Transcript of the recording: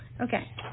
Okay